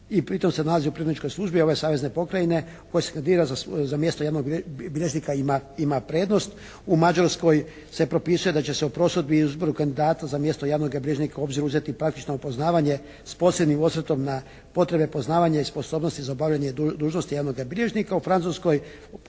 i pri tome se nalazi u pripravničkoj službi ove savezne pokrajine koji se kandidira za mjesto javnog bilježnika ima prednost. U Mađarskoj se propisuje da će se o prosudbi i izboru kandidata za mjesto radnoga bilježnika u obzir uzeti praktično poznavanje sa posebnim osvrtom na potrebe poznavanja i sposobnosti za obavljanje dužnosti javnog bilježnika. U Francuskoj